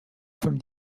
from